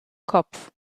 kopf